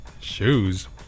Shoes